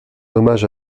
hommage